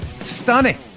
Stunning